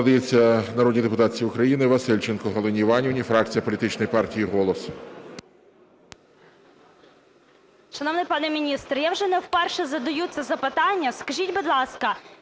надається народній депутатці України Васильченко Галині Іванівні, фракція політичної партії "Голос".